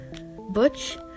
Butch